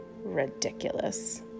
ridiculous